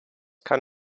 kann